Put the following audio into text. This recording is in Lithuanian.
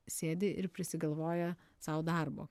sėdi ir prisigalvoja sau darbo